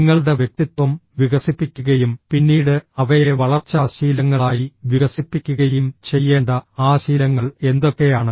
നിങ്ങളുടെ വ്യക്തിത്വം വികസിപ്പിക്കുകയും പിന്നീട് അവയെ വളർച്ചാ ശീലങ്ങളായി വികസിപ്പിക്കുകയും ചെയ്യേണ്ട ആ ശീലങ്ങൾ എന്തൊക്കെയാണ്